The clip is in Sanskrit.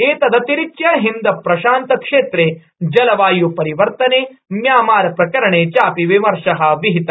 एतदतिरिच्य हिंद प्रशांत क्षेत्रे जलवाय् परिवर्तने म्यांमाप्रकरणे चापि विमर्श विहित